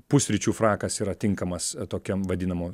pusryčių frakas yra tinkamas tokiam vadinamų